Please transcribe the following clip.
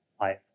life